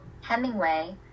Hemingway